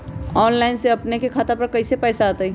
Online से अपने के खाता पर पैसा आ तई?